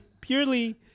purely